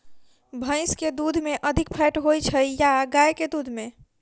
भैंस केँ दुध मे अधिक फैट होइ छैय या गाय केँ दुध में?